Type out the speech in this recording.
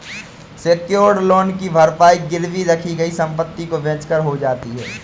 secured loan की भरपाई गिरवी रखी गई संपत्ति को बेचकर हो जाती है